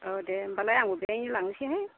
औ दे होनबालाय आंबो बेहायनो लांसैहाय